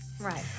Right